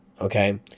Okay